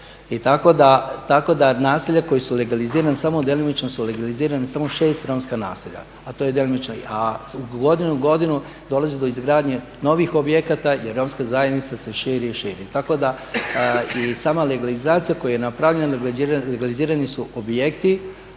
Tako da naselja koja su legalizirana samo djelomično su legalizirana, samo 6 romskih naselja, a to je djelomično. A iz godine u godinu dolazi do izgradnje novih objekata jer romska zajednica se širi i širi. Tako da i sama legalizacija koja je napravljena legalizirani su objekti